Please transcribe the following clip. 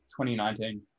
2019